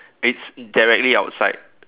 it's directly outside